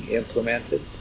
implemented